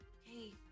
hey